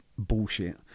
bullshit